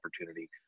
opportunity